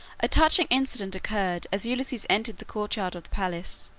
a touching incident occurred as ulysses entered the courtyard of the palace.